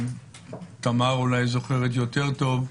תמר אולי זוכרת יותר טוב.